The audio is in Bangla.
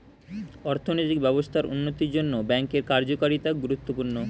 অর্থনৈতিক ব্যবস্থার উন্নতির জন্যে ব্যাঙ্কের কার্যকারিতা গুরুত্বপূর্ণ